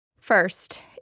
First